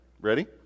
Ready